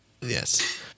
Yes